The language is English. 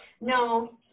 no